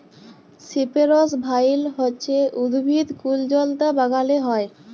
সিপেরেস ভাইল হছে উদ্ভিদ কুল্জলতা বাগালে হ্যয়